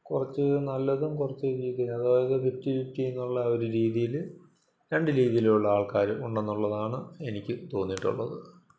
കുറച്ച് നല്ലതും കുറച്ച് ചീത്തയും അതായത് ഫിഫ്റ്റി ഫിഫ്റ്റി എന്നുള്ള ഒരു രീതിയിൽ രണ്ട് രീതിയിലുള്ള ആൾക്കാരും ഉണ്ടെന്നുള്ളതാണ് എനിക്ക് തോന്നയിട്ടുള്ളത്